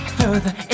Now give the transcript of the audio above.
further